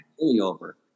over